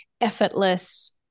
effortless